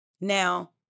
now